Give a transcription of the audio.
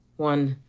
one.